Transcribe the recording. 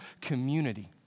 community